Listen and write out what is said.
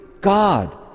God